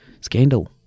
scandal